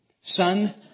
Son